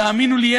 תאמינו לי,